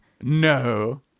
No